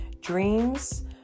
dreams